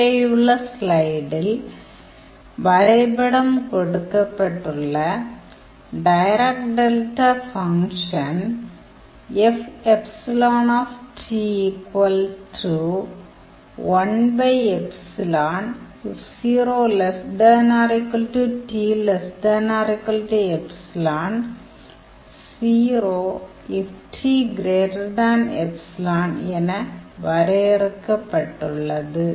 மேலேயுள்ள ஸ்லைடில் வரைபடம் கொடுக்கப்பட்டுள்ள டைராக் டெல்டா ஃபங்க்ஷன் என வரையறுக்கப்பட்டுள்ளது